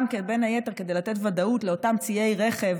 בין היתר כדי לתת ודאות לאותם ציי רכב